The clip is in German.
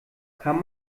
kann